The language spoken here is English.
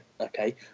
okay